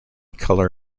color